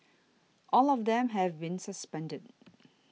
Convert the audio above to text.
all of them have been suspended